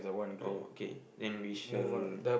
oh okay then we shall